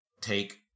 take